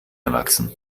erwachsen